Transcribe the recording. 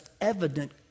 evident